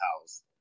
House